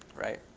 right?